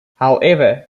however